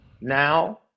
Now